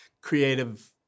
creative